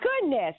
goodness